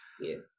Yes